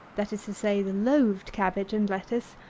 that is to say, the loaved cabbage and lettuce,